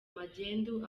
magendu